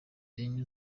enye